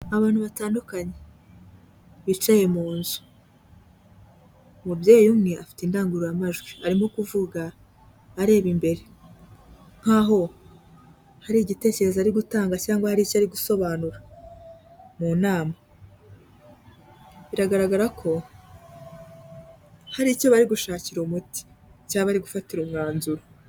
Abantu batandukanye bicaye mu nzu, umubyeyi umwe afite indangururamajwi arimo kuvuga areba imbere nk'aho hari igitekerezo ari gutanga cyangwa hari icyo ari gusobanura mu nama, biragaragara ko hari icyo bari gushakira umuti cyangwa bari gufatira umwanzuro.